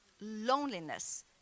Loneliness